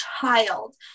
child